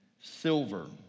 silver